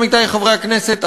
עמיתי חברי הכנסת,